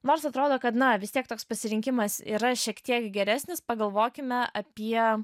nors atrodo kad na vis tiek toks pasirinkimas yra šiek tiek geresnis pagalvokime apie